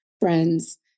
friends